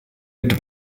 mit